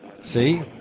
See